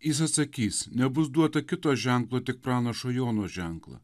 jis atsakys nebus duota kito ženklo tik pranašo jono ženklą